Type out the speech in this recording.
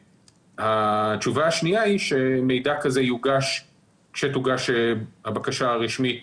התשובה השנייה היא שמידע כזה יוגש כשתוגש הבקשה הרשמית